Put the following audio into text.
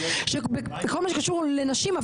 בכל מה שקשור לנשים,